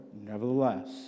Nevertheless